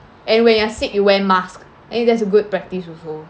and when you are sick you wear mask I think that's a good practice also ya